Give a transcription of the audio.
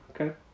okay